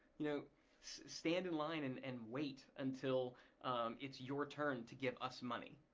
you know stand in line and and wait until it's your turn to give us money,